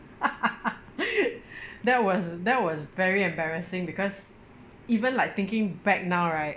that was that was very embarrassing because even like thinking back now right